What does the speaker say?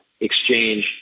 exchange